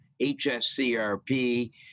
HSCRP